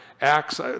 acts